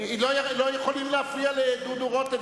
אתם לא יכולים להפריע לדודו רותם.